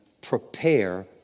prepare